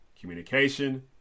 communication